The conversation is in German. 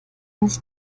nicht